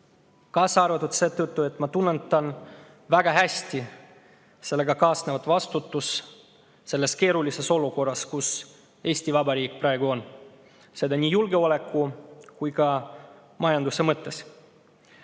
kaasa arvatud seetõttu, et ma tunnetan väga hästi sellega kaasnevat vastutust selles keerulises olukorras, kus Eesti Vabariik praegu on, seda nii julgeoleku kui ka majanduse mõttes.